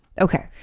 Okay